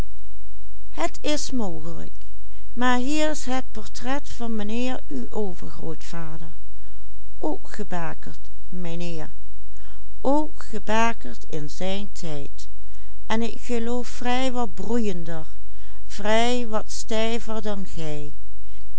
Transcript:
portret van mijnheer uw overgrootvader ook gebakerd mijnheer ook gebakerd in zijn tijd en ik geloof vrij wat broeiender vrij wat stijver dan gij